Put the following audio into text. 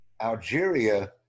Algeria